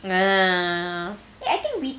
ugh eh I think we